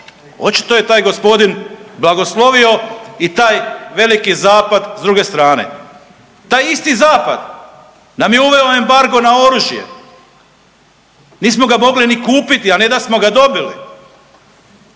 očito je taj gospodin blagoslovio i taj veliki zapad s druge strane. Taj isti zapad nam je uveo embargo na oružje, nismo ga mogli ni kupiti, a ne da smo ga dobili.